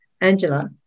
Angela